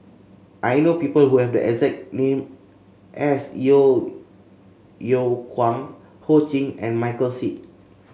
I know people who have the exact name as Yeo Yeow Kwang Ho Ching and Michael Seet